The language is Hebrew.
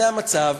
זה המצב,